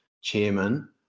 chairman